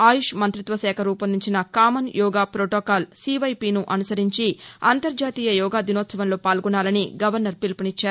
ఆయుష్ మంత్రిత్వ శాఖ రూపొందించిన కామన్ యోగా ప్రోటోకాల్ సివైపిను అనుసరించి అంతర్జాతీయ యోగా దినోత్సవంలో పాల్గొనాలని గవర్నర్ పిలుపునిచ్చారు